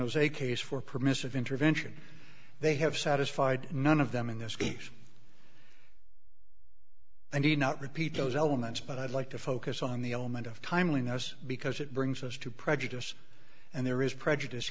jose case for permissive intervention they have satisfied none of them in this case i need not repeat those elements but i'd like to focus on the element of timeliness because it brings us to prejudice and there is prejudice